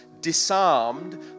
disarmed